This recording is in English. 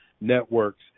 networks